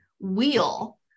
wheel